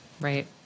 Right